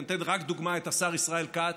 אני אתן רק כדוגמה את השר ישראל כץ,